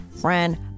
friend